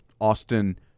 Austin